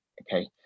Okay